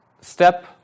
step